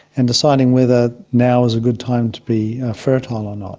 and deciding whether now is a good time to be fertile or not.